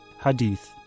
Hadith